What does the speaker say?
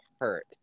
hurt